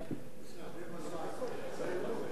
מה?